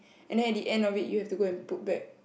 and then at the end of it you have to go and put back